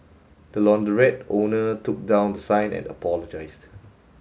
the launderette owner took down the sign and apologised